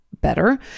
better